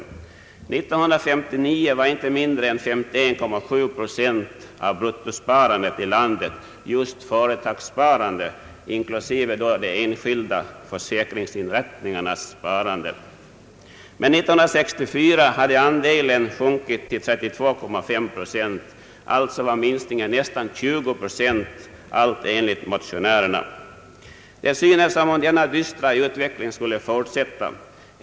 År 1959 var inte mindre än 51,7 procent av bruttosparandet i landet just företagssparande, inklusive de enskilda försäkringsinrättningarnas sparande, men år 1964 hade andelen sjunkit till 32,5 procent; alltså var minskningen nästan 20 procent, allt enligt motionärerna. Det synes som om denna dystra utveckling skulle fortsätta.